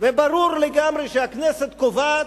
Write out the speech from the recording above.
וברור לגמרי שהכנסת קובעת.